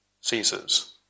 ceases